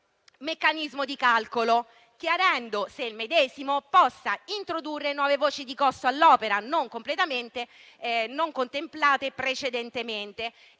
meccanismo di calcolo, chiarendo se il medesimo possa introdurre nuove voci di costo all'opera non contemplate precedentemente.